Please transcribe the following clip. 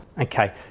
okay